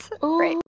Great